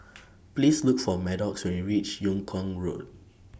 Please Look For Maddox when YOU REACH Yung Kuang Road